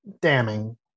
damning